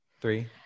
three